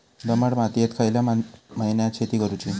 दमट मातयेत खयल्या महिन्यात शेती करुची?